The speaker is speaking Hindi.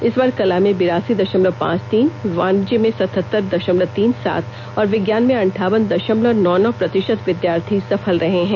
इस बार कला में बिरासी दशमलव पांच तीन वाणिज्य में सतहतर दशमलव तीन सात और विज्ञान में अंठावन दशमलव नौ नौ प्रतिशत विद्यार्थी सफल रहे हैं